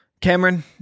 Cameron